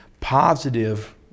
positive